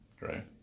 Right